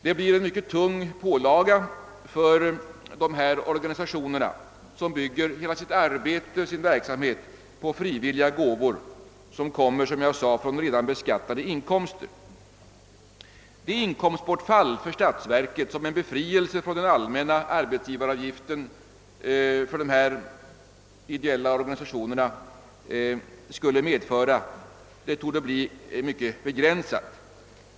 Det blir en mycket tung pålaga för dem som bygger hela sitt arbete, hela sin verksamhet på frivilliga gåvor — som kommer från redan beskattade inkomster. Det inkomstbortfall för statsverket som befrielse från den allmänna arbetsgivaravgiften för dessa ideella organisationer skulle medföra torde bli mycket begränsat.